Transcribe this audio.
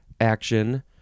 action